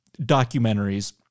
documentaries